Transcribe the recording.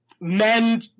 men